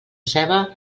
ceba